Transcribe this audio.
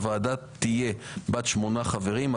הוועדה תהיה בת 8 חברים,